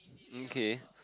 okay